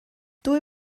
dwy